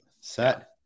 set